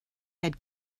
had